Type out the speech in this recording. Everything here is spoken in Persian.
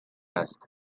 است